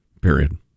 period